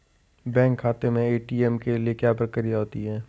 Bank खाते में ATM के लिए क्या प्रक्रिया होती है?